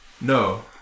no